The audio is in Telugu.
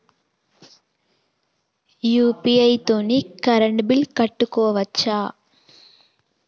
యూ.పీ.ఐ తోని కరెంట్ బిల్ కట్టుకోవచ్ఛా?